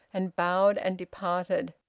and bowed and departed.